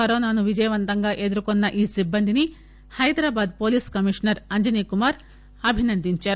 కరోనాను విజయవంతంగా ఎదుర్కోన్న ఈ సిబ్బందిని హైదరాబాద్ పోలీస్ కమిషనర్ అంజని కుమార్ అభినందించారు